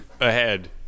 ahead